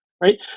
right